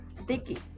sticky